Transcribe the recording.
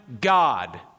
God